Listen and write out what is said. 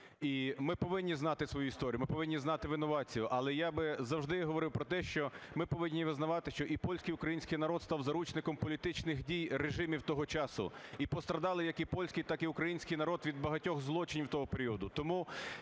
ми повинні знати свою історію, ми повинні знати винуватців. Але я би завжди говорив про те, що ми повинні визнавати, що і польський, і український народ став заручником політичних дій режимів того часу, і постраждали як і польський, так і український народ від багатьох злочинів того періоду.